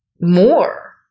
more